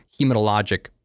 hematologic